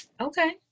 Okay